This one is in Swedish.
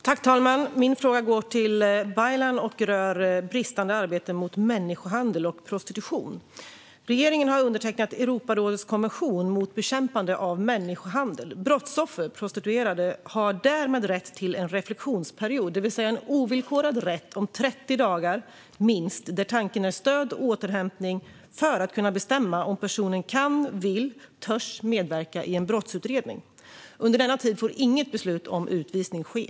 Fru talman! Min fråga går till Ibrahim Baylan och rör bristande arbete mot människohandel och prostitution. Regeringen har undertecknat Europarådets konvention om bekämpande av människohandel. Brottsoffer i prostitution har därmed rätt till en reflektionsperiod, det vill säga en ovillkorad rätt om minst 30 dagar med stöd och återhämtning för att kunna bestämma om personen kan, vill och törs medverka i en brottsutredning. Under denna tid får inget beslut om utvisning fattas.